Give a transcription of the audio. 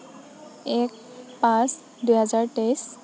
এক পাঁচ দুহেজাৰ তেইছ